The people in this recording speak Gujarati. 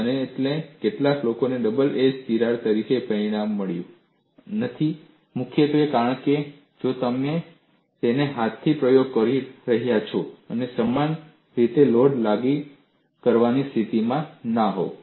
અને કેટલાક લોકોને ડબલ એજ તિરાડ તરીકે પરિણામ મળ્યું નથી મુખ્યત્વે કારણ કે તમે જાણો છો કે તમે હાથથી પ્રયોગ કરી રહ્યા છો અને તમે સમાન રીતે લોડ લાગુ કરવાની સ્થિતિમાં ન હોવ